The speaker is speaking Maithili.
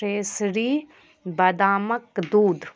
प्रेस्सेरी बदामक दूध